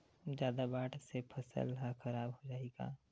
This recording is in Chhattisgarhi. जादा बाढ़ से फसल ह खराब हो जाहि का?